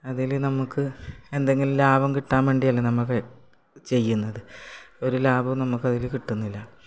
അതിൽ നമുക്ക് എന്തെങ്കിലും ലാഭം കിട്ടാൻ വേണ്ടിയല്ലേ നമ്മൾ ചെയ്യുന്നത് ഒരു ലാഭവും നമുക്കതിൽ കിട്ടുന്നില്ല